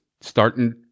starting